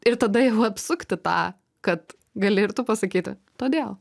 ir tada apsukti tą kad gali ir tu pasakyti todėl